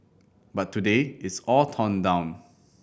but today it's all torn down